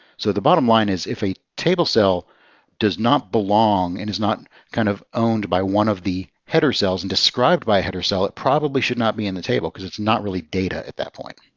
so the bottom line is if a table cell does not belong and is not kind of owned by one of the header cells and described by a header cell, it probably should not be in the table. because it's not really data at that point.